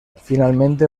finalmente